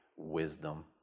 wisdom